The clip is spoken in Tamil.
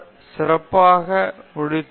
சங்கரன் நல்லது வெரி குட்